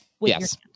yes